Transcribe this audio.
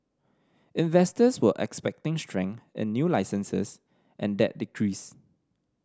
investors were expecting strength in new licences and that decreased